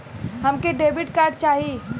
हमके debit card चाही?